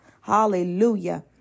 Hallelujah